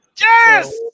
Yes